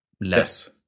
less